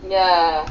ya